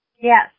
Yes